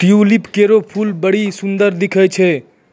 tulip केरो फूल बड्डी सुंदर दिखै छै